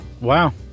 Wow